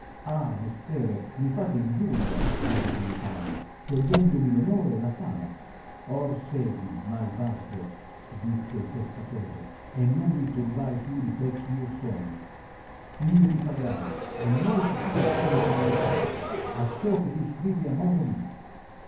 ah messere mi fate ingiuria disse il notaio togliendomi r onore e la fama or segui malvaggio disse il testatore e non mi turbare più di quel eh io sono io ti pagai e molto più di quello che meritavi acciò che tu scrivi a modo mio